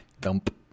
Dump